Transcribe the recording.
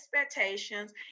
expectations